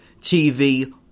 TV